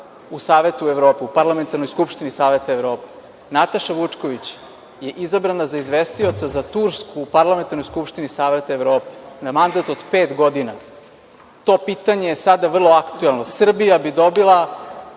u Savetu Evrope, u Parlamentarnoj skupštini Saveta Evrope. Nataša Vučković je izabrana za izvestioca za Tursku u Parlamentarnoj skupštini Saveta Evrope na mandat od pet godina. To pitanje je sada vrlo aktuelno. Srbija bi dobila